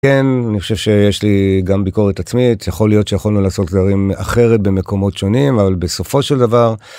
כן, אני חושב שיש לי גם ביקורת עצמית, יכול להיות שיכולנו לעשות דברים אחרת במקומות שונים, אבל בסופו של דבר...